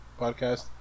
podcast